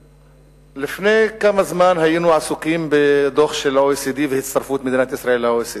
לפני כמה זמן היינו עסוקים בדוח של ה-OECD והצטרפות מדינת ישראל ל-OECD.